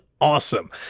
awesome